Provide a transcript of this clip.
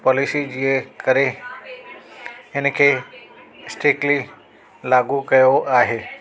policy जी ए करे हिन खे स्ट्रीक्टली लागू कयो आहे